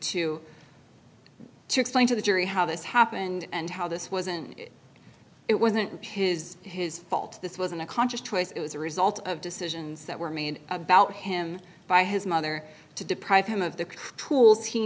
to to explain to the jury how this happened and how this wasn't it wasn't his his fault this wasn't a conscious choice it was a result of decisions that were made about him by his mother to deprive him